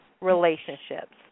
relationships